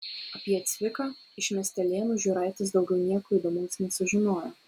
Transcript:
apie cviką iš miestelėnų žiūraitis daugiau nieko įdomaus nesužinojo